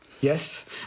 Yes